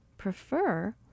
prefer